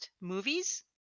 movies